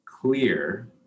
clear